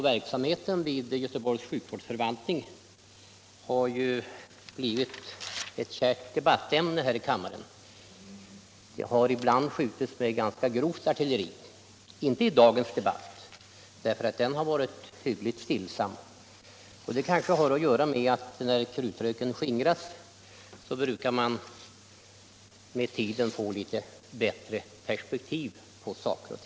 valtning har blivit ett kärt debattämne häri kammaren. Det haribland skju — Justitieombuds tits med ganska grovt artilleri — inte i dagens debatt, den har varit hyggligt - männens verksamstillsam. Det kanske har att göra med att man får litet bättre perspektiv på — het saker och ting när krutröken skingrats.